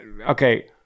Okay